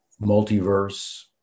multiverse